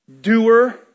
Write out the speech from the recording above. doer